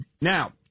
Now